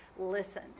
listen